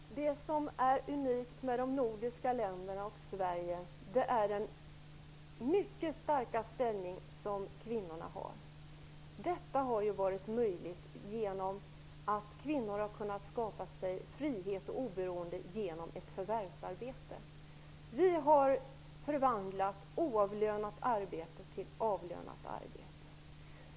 Herr talman! Det som är unikt med de nordiska länderna och med Sverige är den mycket starka ställning som kvinnorna har. Detta har varit möjligt genom att kvinnor har kunnat skapa sig frihet och oberoende genom förvärvsarbete. Vi har förvandlat oavlönat arbete till avlönat arbete.